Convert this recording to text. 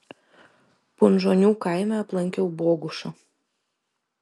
punžonių kaime aplankiau bogušą